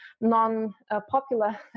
non-popular